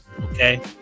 Okay